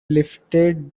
lifted